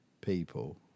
people